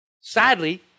Sadly